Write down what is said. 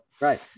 right